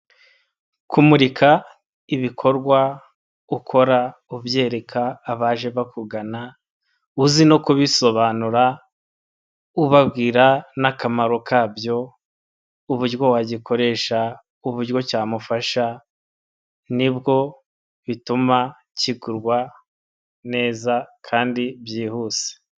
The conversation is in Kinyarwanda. Kumurika ibikorwa ukora: ubyereka abaje bakugana, uzi no kubisobanura, ubabwira n'akamaro kabyo, uburyo wagikoresha, uburyo cyamufasha nibwo bituma kigurwa neza kandi byihuse.